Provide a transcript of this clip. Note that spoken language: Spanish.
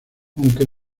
aunque